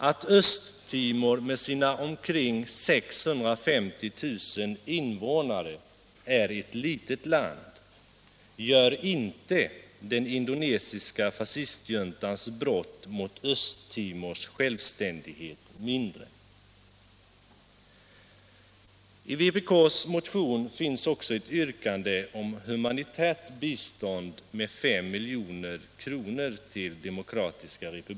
Att Östtimor med sina omkring 650 000 invånare är ett litet land gör inte den indonesiska fascistjuntans brott mot Östtimors självständighet mindre.